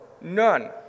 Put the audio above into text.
None